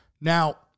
Now